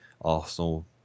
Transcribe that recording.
Arsenal